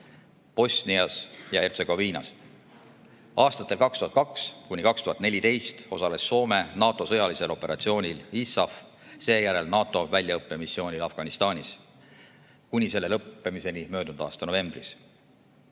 Bosnias ja Hertsegoviinas. Aastatel 2002–2014 osales Soome NATO sõjalisel operatsioonil ISAF, seejärel NATO väljaõppemissioonil Afganistanis kuni selle lõppemiseni möödunud aasta septembris.